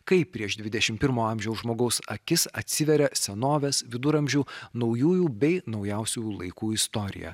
kaip prieš dvidešimt pirmo amžiaus žmogaus akis atsiveria senovės viduramžių naujųjų bei naujausių laikų istorija